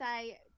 say